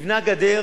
נבנו גדר